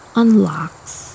unlocks